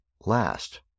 last